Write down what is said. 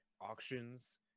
auctions